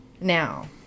Now